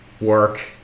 work